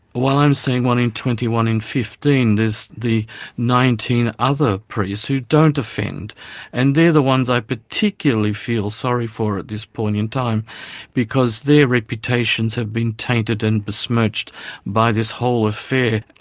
while i'm saying one in twenty, one in fifteen, there's the nineteen other priests who don't offend and they're the ones i particularly feel sorry for at this point in time because their reputations have been tainted and besmirched by this whole affair.